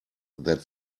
that